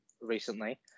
recently